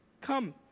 Come